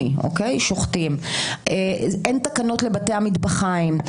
אין תקנות לבתי המטבחיים.